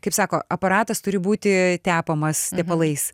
kaip sako aparatas turi būti tepamas tepalais